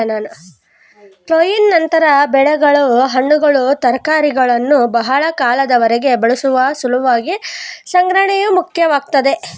ಕೊಯ್ಲಿನ ನಂತರ ಬೆಳೆಗಳು ಹಣ್ಣುಗಳು ತರಕಾರಿಗಳನ್ನು ಬಹಳ ಕಾಲದವರೆಗೆ ಬಳಸುವ ಸಲುವಾಗಿ ಸಂಗ್ರಹಣೆಯು ಮುಖ್ಯವಾಗ್ತದೆ